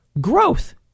growth